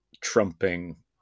trumping